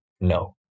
No